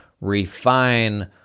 refine